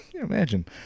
Imagine